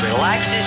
Relaxes